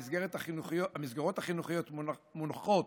המסגרות החינוכיות מונחות